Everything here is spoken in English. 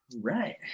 Right